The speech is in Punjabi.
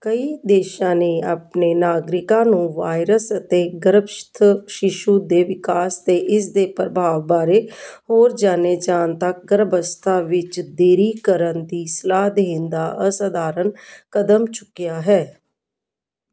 ਕਈ ਦੇਸ਼ਾਂ ਨੇ ਆਪਣੇ ਨਾਗਰਿਕਾਂ ਨੂੰ ਵਾਇਰਸ ਅਤੇ ਗਰਭਸਥ ਸ਼ਿਸ਼ੂ ਦੇ ਵਿਕਾਸ 'ਤੇ ਇਸ ਦੇ ਪ੍ਰਭਾਵ ਬਾਰੇ ਹੋਰ ਜਾਣੇ ਜਾਣ ਤੱਕ ਗਰਭ ਅਵੱਸਥਾ ਵਿੱਚ ਦੇਰੀ ਕਰਨ ਦੀ ਸਲਾਹ ਦੇਣ ਦਾ ਅਸਾਧਾਰਨ ਕਦਮ ਚੁੱਕਿਆ ਹੈ